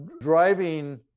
driving